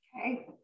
Okay